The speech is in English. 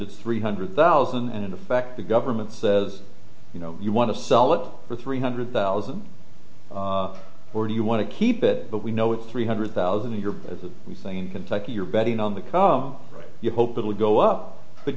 it's three hundred thousand and in effect the government says you know you want to sell it for three hundred thousand or do you want to keep it but we know it's three hundred thousand a year but we think kentucky you're betting on the car you hope it will go up but